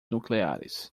nucleares